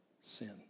sin